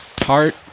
Heart